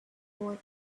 boy